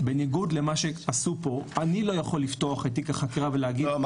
בניגוד למה שעשו פה אני לא יכול לפתוח את תיק החקירה ולהגיד -- לא,